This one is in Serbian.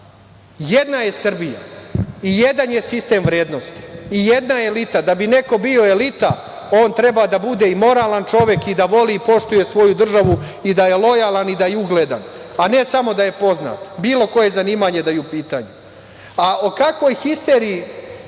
je Srbija, jedan je sistem vrednosti i jedana elita. Da bi neko bio elita, on treba da bude i moralan čovek i da voli i poštuje svoju državu i da je lojalan i da je ugledan, a ne samo da je poznat. Bilo koje zanimanje da je u pitanju. Mi smo sada svedoci